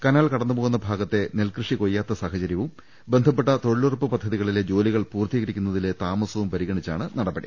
canal കടന്നുപോകുന്ന ഭാഗത്തെ നെൽകൃഷി കൊയ്യാത്ത സാഹചര്യവും ബന്ധപ്പെട്ട തൊഴിലുറപ്പ് പദ്ധതികളിലെ ജോലികൾ പൂർത്തീകരിക്കുന്നതിലെ താമസവും പരിഗണിച്ചാണ് നടപടി